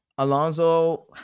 Alonso